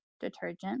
detergent